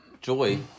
Joy